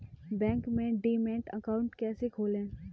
Bank में demat account कैसे खोलें?